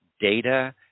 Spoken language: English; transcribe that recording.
data